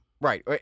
Right